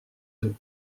deux